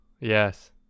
Yes